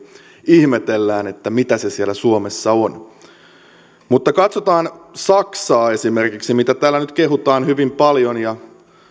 ihmetellään mitä se siellä suomessa on mutta katsotaan saksaa esimerkiksi jota täällä nyt kehutaan hyvin paljon ja